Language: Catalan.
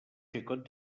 xicot